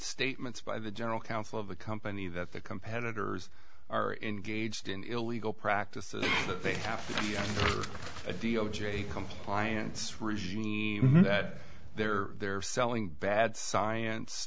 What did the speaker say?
statements by the general counsel of the company that the competitors are in gauged in illegal practices that they have a d o j compliance regime that they're they're selling bad science